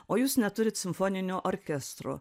o jūs neturit simfoninio orkestro